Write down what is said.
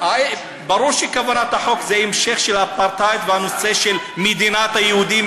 ברור שכוונת החוק זה המשך של האפרטהייד והנושא של מדינת היהודים.